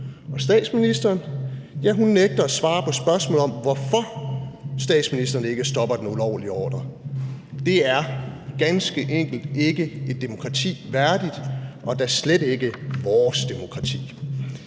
Og statsministeren, ja, hun nægter at svare på spørgsmål om, hvorfor statsministeren ikke stopper den ulovlige ordre. Det er ganske enkelt ikke et demokrati værdigt, og da slet ikke vores demokrati.